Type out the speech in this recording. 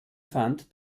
fand